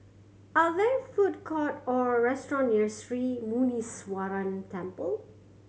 are there food court or restaurant near Sri Muneeswaran Temple